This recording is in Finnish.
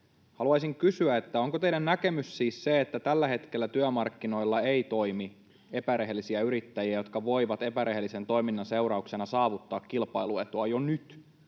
Haluaisin kysyä, onko teidän näkemyksenne siis se, että tällä hetkellä työmarkkinoilla ei toimi epärehellisiä yrittäjiä, jotka voivat epärehellisen toiminnan seurauksena saavuttaa kilpailuetua jo nyt.